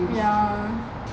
ya